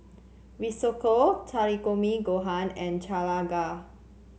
Risotto Takikomi Gohan and Chana